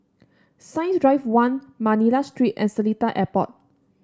Science Drive One Manila Street and Seletar Airport